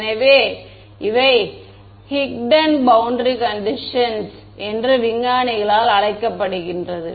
எனவே இவை hidden boundary conditions என்று விஞ்ஞானி ஆல் அழைக்கப்படுகின்றன